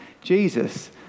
Jesus